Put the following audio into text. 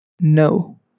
No